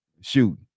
Shoot